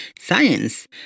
science